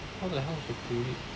how the hell is a tulip